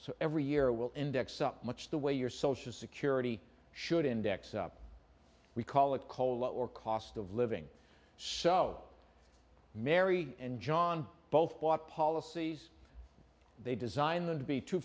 so every year we'll index up much the way your social security should index up we call it cola or cost of living so mary and john both bought policies they designed them to be t